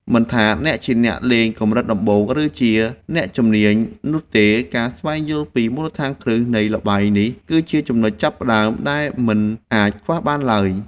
មិនថាអ្នកជាអ្នកលេងកម្រិតដំបូងឬជាអ្នកជំនាញនោះទេការស្វែងយល់ពីមូលដ្ឋានគ្រឹះនៃល្បែងនេះគឺជាចំណុចចាប់ផ្តើមដែលមិនអាចខ្វះបានឡើយ។